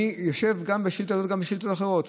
אני יושב גם בשאילתה הזאת וגם בשאילתות אחרות,